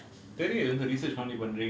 again I will just like to add this ah